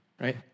right